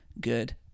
good